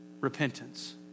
repentance